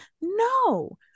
No